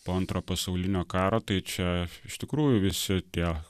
po antro pasaulinio karo tai čia iš tikrųjų visi tie